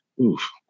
oof